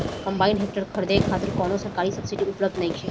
Combine harvester खरीदे खातिर कउनो सरकारी सब्सीडी उपलब्ध नइखे?